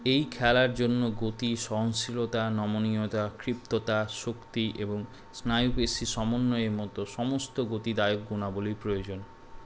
এই খেলার জন্য গতি সহনশীলতা নমনীয়তা ক্ষিপ্রতা শক্তি এবং স্নায়ুকেশি সমন্বয় মতো সমস্ত গতিদায়ক গুণাবলীর প্রয়োজন